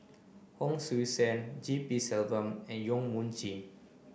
Hon Sui Sen G P Selvam and Yong Mun Chee